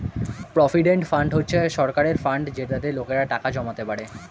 provident fund হচ্ছে সরকারের fund যেটাতে লোকেরা টাকা জমাতে পারে